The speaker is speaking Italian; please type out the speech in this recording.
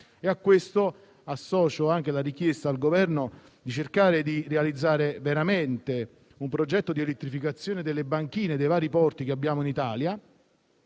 In questo mi associo anche alla richiesta fatta al Governo affinché cerchi di realizzare veramente un progetto di elettrificazione delle banchine dei vari porti che abbiamo in Italia,